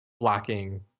blocking